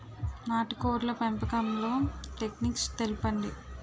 నాటుకోడ్ల పెంపకంలో టెక్నిక్స్ తెలుపండి?